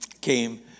came